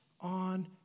on